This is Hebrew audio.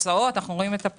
אנחנו רואים את התוצאות,